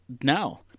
now